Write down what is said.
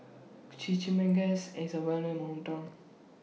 Chimichangas IS Well known in My Hometown